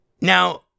now